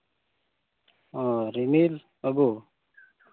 ᱚᱻ ᱨᱤᱢᱤᱞ ᱵᱟᱹᱵᱩ